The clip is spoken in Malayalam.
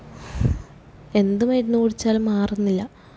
എന്തു മരുന്നു കുടിച്ചാലും മാറുന്നില്ല